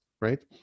right